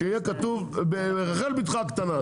שיהיה כתוב ברחל בתך הקטנה,